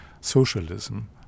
socialism